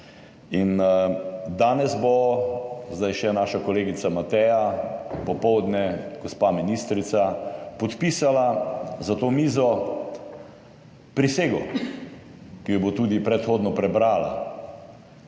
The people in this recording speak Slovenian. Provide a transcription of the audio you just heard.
In danes bo, zdaj še naša kolegica Mateja, popoldne gospa ministrica, podpisala za to mizo prisego, ki jo bo tudi predhodno prebrala.